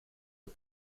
are